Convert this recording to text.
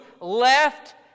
left